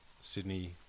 Sydney